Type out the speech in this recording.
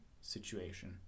situation